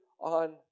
on